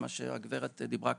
מה שהגברת דיברה כאן,